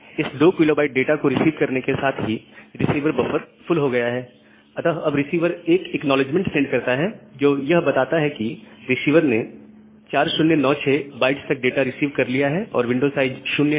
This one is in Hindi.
इस 2 KB डाटा को रिसीव करने के साथ ही रिसीवर बफर फुल हो गया है अतः अब रिसीवर एक एक्नॉलेजमेंट सेंड करता है जो यह बताता है कि रिसीवर ने 4096 बाइट्स तक डाटा रिसीव कर लिया है और विंडो साइज 0 है